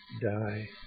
die